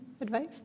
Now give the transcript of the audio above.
advice